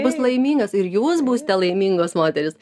bus laimingas ir jūs būsite laimingos moterys